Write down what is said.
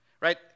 right